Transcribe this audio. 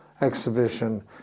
exhibition